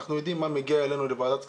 אנחנו יודעים מה מגיע אלינו לוועדת כספים.